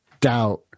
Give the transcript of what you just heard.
doubt